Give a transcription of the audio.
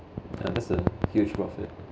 huge profit